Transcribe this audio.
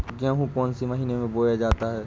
गेहूँ कौन से महीने में बोया जाता है?